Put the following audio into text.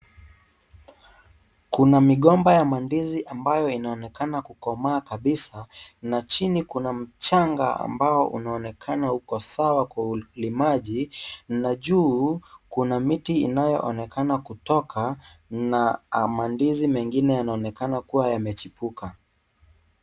Kuna migomba ya mandizi ambayo inaonekana kukomaa Kabisa na chini Kuna mchanga ambao inaonekana uko sawa kwa ulimaji, na juu Kuna miti inayoonekana kutoka na mandizi mengine yanaonekana kuwa yamechipuka.